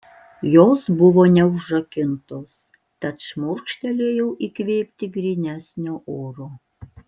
jos buvo neužrakintos tad šmurkštelėjau įkvėpti grynesnio oro